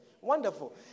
Wonderful